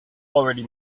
already